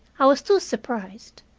i was too surprised,